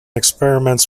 experiments